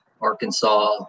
Arkansas